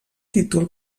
títol